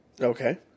Okay